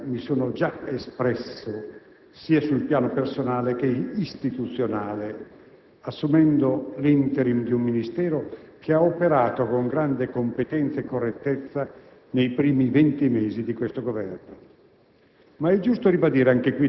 Su quella vicenda mi sono già espresso sia sul piano personale che istituzionale, assumendo *l'interim* di un Ministero che ha operato con grande competenza e correttezza nei primi venti mesi di questo Governo,